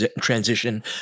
transition